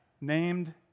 named